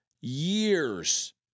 years